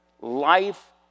life